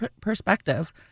perspective